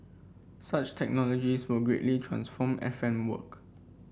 such technologies will greatly transform F M work